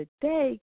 today